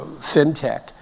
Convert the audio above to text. FinTech